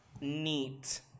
neat